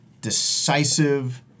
decisive